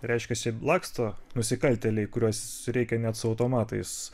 reiškiasi laksto nusikaltėliai kuriuos reikia net su automatais